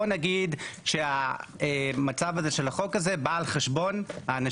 בוא נגיד שהמצב הזה של החוק הזה בא על חשבון האנשים